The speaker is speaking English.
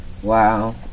Wow